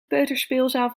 peuterspeelzaal